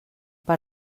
per